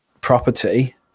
property